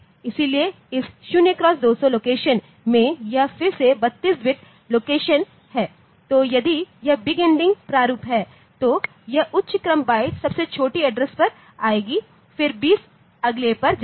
इसलिए इस 0x200 location में यह फिर से 32 बिट लोकेशन है तो यदि यह बिग एंडियन प्रारूप है तो यह उच्च क्रम बाइट सबसे छोटी एड्रेस पर आएगा फिर 20 अगले पर जाएगा